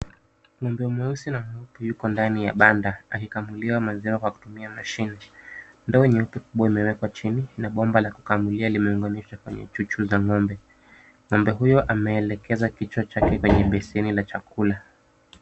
Ng'ombe mweusi na mweupe yuko ndani ya banda akikamuliwa maziwa kwa kutumia mashine. Ndoo nyeupe imewekwa chini na bomba la kukamulia limeunganishwa pale chuchu za ng'ombe. Ng'ombe huyo ameelekeza kichwa chake kwenye beseni la chakula.